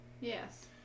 Yes